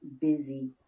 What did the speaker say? busy